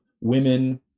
women